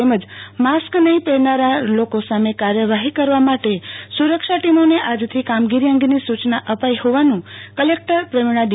તેમજ માસ્ક નહિ પહેરનારા લોકો સામે કાર્યવાહી કરવા માટે સુરક્ષા ટીમો ને આજથી કામગીરી અંગેની સુચના અપાઈ હોવાનું કલેકટર પ્રવીણ ડી